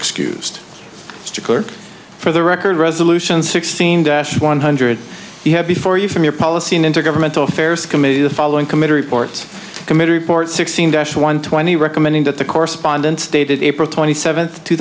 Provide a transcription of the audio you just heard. stickler for the record resolution sixteen dash one hundred you have before you from your policy an intergovernmental affairs committee the following committee reports committee report sixteen dash one twenty recommending that the correspondence dated april twenty seventh